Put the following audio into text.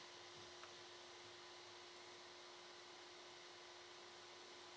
so